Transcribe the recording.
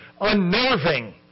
unnerving